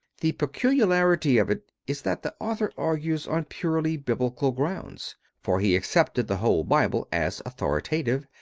the peculiarity of it is that the author argues on purely biblical grounds for he accepted the whole bible as authoritative,